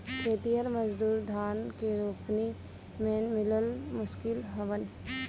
खेतिहर मजूर धान के रोपनी में मिलल मुश्किल होलन